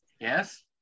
yes